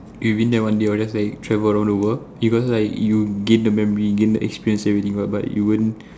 within that one day I will just like travel around the world because like you gain the memory gain the experience everything already but but you won't